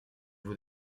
vous